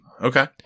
okay